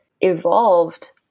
evolved